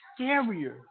scarier